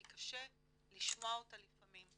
כי קשה לשמוע אותה לפעמים.